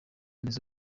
remezo